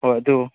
ꯍꯣꯏ ꯑꯗꯨ